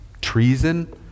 treason